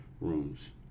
rooms